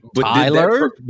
Tyler